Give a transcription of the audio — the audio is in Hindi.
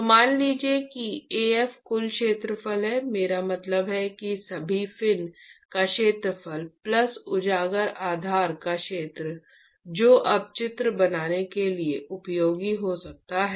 तो मान लीजिए कि Af कुल क्षेत्रफल है मेरा मतलब है कि सभी फिन का क्षेत्रफल प्लस उजागर आधार का क्षेत्र जो अब चित्र बनाने के लिए उपयोगी हो सकता है